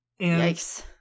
Yikes